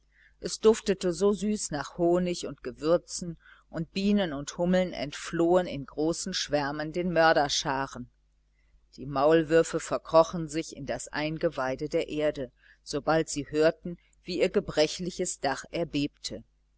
es duftete so süß nach honig und gewürzen und bienen und hummeln entflohen in großen schwärmen den mörderscharen die maulwürfe verkrochen sich in das eingeweide der erde sobald sie hörten wie ihr gebrechliches dach erbebte